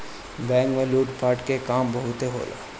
bank में लूट पाट के काम बहुते होला